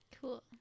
Cool